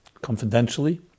confidentially